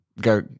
Go